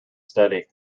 steady